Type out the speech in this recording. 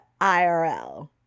IRL